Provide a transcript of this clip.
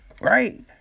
right